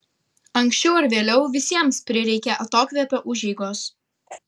anksčiau ar vėliau visiems prireikia atokvėpio užeigos